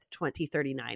2039